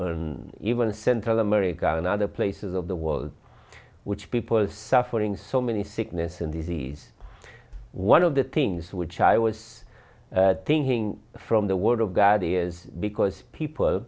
and even central america and other places of the world which people are suffering so many sickness and disease one of the things which i was thinking from the word of god is because people